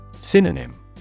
Synonym